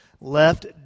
left